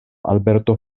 alberto